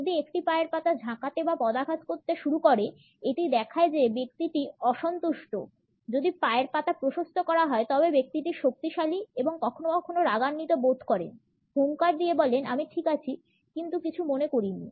যদি একটি পায়ের পাতা ঝাঁকাতে বা পদাঘাত করতে শুরু করে এটি দেখায় যে ব্যক্তিটি অসন্তুষ্ট যদি পায়ের পাতা প্রশস্ত করা হয় তবে ব্যক্তিটি শক্তিশালী এবং কখনও কখনও রাগান্বিত বোধ করেন হুঙ্কার দিয়ে বলেন আমি ঠিক আছি কিছু মনে করিনি